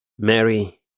Mary